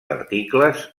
articles